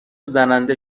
زننده